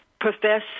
profess